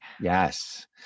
yes